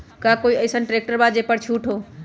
का कोइ अईसन ट्रैक्टर बा जे पर छूट हो?